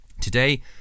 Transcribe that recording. today